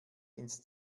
ins